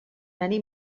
many